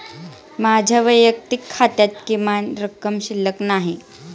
माझ्या वैयक्तिक खात्यात किमान रक्कम शिल्लक नाही